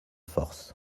force